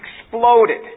exploded